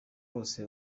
bose